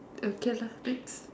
okay lah next